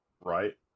Right